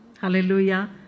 Hallelujah